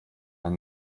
eine